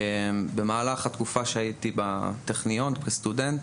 במהלך התקופה שהייתי בטכניון כסטודנט,